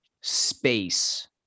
space